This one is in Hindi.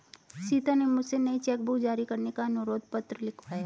सीता ने मुझसे नई चेक बुक जारी करने का अनुरोध पत्र लिखवाया